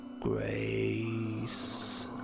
Grace